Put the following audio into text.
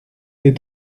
des